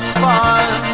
fun